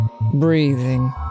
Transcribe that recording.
Breathing